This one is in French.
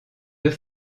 deux